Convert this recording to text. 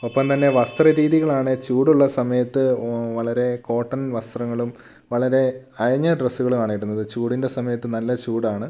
ഒപ്പം തന്നെ വസ്ത്രരീതികളാണ് ചൂടുള്ള സമയത്ത് വളരെ കോട്ടൺ വസ്ത്രങ്ങളും വളരെ അയഞ്ഞ ഡ്രെസ്സുകളുവാണ് ഇടുന്നത് ചൂടിന്റെ സമയത്ത് നല്ല ചൂടാണ്